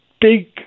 Big